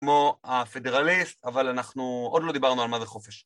כמו הפדראליסט, אבל אנחנו עוד לא דיברנו על מה זה חופש.